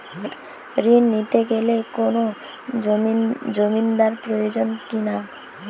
ঋণ নিতে কোনো জমিন্দার প্রয়োজন কি না?